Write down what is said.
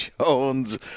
Jones